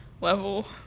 level